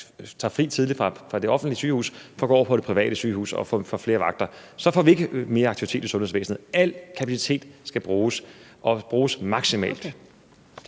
tager fri tidligt fra det offentlige sygehus for at gå over på det private sygehus og få flere vagter. Så får vi ikke mere aktivitet i sundhedsvæsenet. Al kapacitet skal bruges og bruges maksimalt.